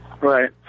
Right